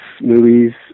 movies